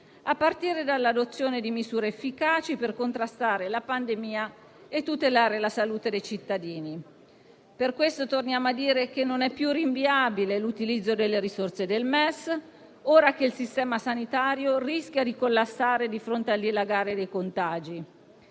a partire dall'adozione di misure efficaci per contrastare la pandemia e tutelare la salute dei cittadini. Per questo torniamo a dire che non è più rinviabile l'utilizzo delle risorse del MES, ora che il sistema sanitario rischia di collassare di fronte al dilagare dei contagi.